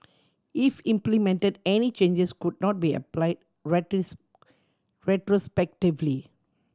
if implemented any changes could not be applied retrospectively